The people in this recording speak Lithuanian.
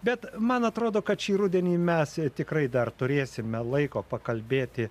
bet man atrodo kad šį rudenį mes tikrai dar turėsime laiko pakalbėti